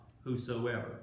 Whosoever